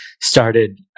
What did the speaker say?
started